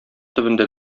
төбендә